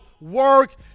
work